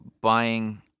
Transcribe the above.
buying